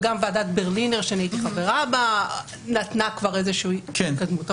וגם ועדת ברלינר שכבר נתנה איזה התקדמות.